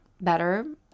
better